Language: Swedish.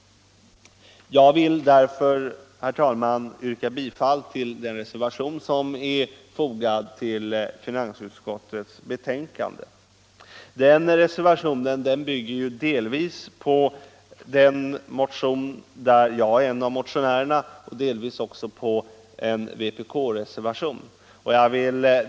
Jag vill därför, herr talman, yrka bifall till den reservation som är fogad till finansutskottets betänkande. Den reservationen bygger delvis på den motion, där jag är en av motionärerna, och delvis på en vpkmotion.